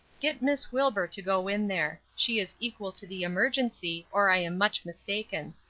get miss wilbur to go in there she is equal to the emergency, or i am much mistaken.